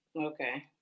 Okay